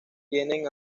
tienden